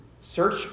search